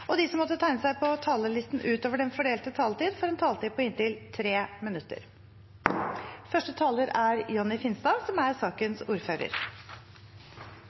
og de som måtte tegne seg på talerlisten utover den fordelte taletid, får en taletid på inntil 3 minutter. Jeg vil starte med å takke komiteen for samarbeidet. Jeg rakk akkurat å komme tilbake og overta som